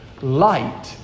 Light